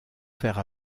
faire